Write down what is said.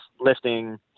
lifting